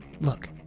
Look